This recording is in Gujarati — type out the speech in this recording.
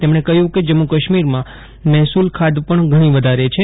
તેમણે કહ્યું કે જમ્મુ કાશ્મીરમાં મહેસૂલ ખાધ પણ ઘણી વધારે છે